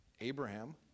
Abraham